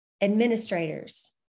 administrators